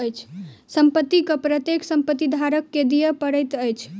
संपत्ति कर प्रत्येक संपत्ति धारक के दिअ पड़ैत अछि